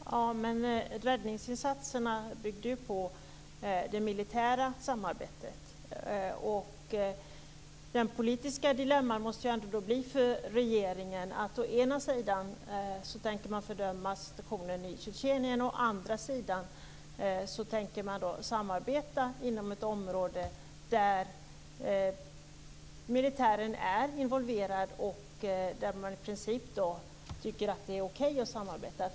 Fru talman! Räddningsinsatserna bygger ju på det militära samarbetet. Det politiska dilemmat för regeringen måste ju ändå bli att å ena sidan tänker man fördöma situationen i Tjetjenien och å andra sidan tänker man samarbeta på ett område där militären är involverad. I princip tycker man alltså att det är okej att samarbeta där.